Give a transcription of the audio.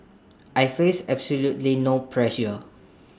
I face absolutely no pressure